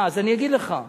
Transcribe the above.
אז אני אגיד לך.